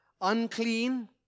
unclean